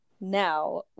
now